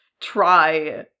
try